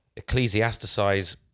ecclesiasticize